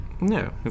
No